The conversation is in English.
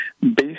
based